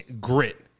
Grit